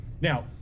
Now